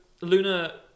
Luna